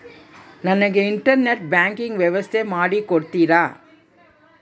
ನನಗೆ internet banking ವ್ಯವಸ್ಥೆ ಮಾಡಿ ಕೊಡ್ತೇರಾ?